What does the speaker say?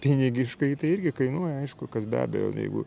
pinigiškai tai irgi kainuoja aišku kas be abejo jeigu